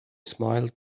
smiled